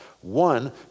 One